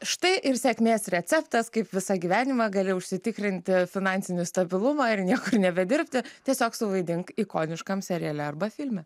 štai ir sėkmės receptas kaip visą gyvenimą gali užsitikrinti finansinį stabilumą ir niekur nebedirbti tiesiog suvaidink ikoniškam seriale arba filme